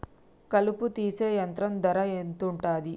కలుపు తీసే యంత్రం ధర ఎంతుటది?